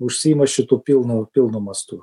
užsiima šitu pilnu pilnu mastu